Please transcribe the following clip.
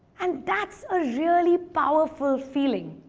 and that's a really powerful feeling.